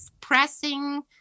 pressing